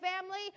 family